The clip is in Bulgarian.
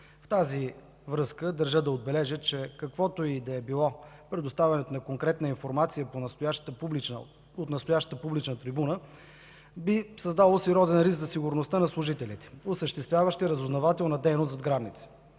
В тази връзка държа да отбележа, че каквото и да е предоставяне на конкретна информация от настоящата публична трибуна, би създало сериозен риск за сигурността на служителите, осъществяващи разузнавателна дейност зад граница.